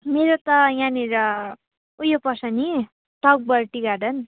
मेरो त यहाँनिर उयो पर्छ नि तकभर टी गार्डन